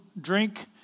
drink